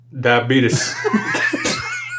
diabetes